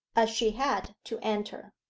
as she had to enter.